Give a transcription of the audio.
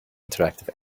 interactive